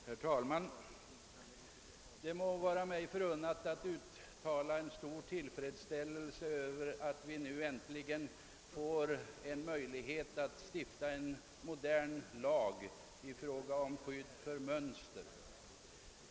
Herr talman! Det må vara mig förunnat att uttala min stora tillfredsställelse över att vi nu äntligen får en möjlighet att stifta en modern lag om skydd för mönster.